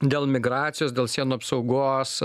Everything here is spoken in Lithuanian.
dėl migracijos dėl sienų apsaugos